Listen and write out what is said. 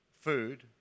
food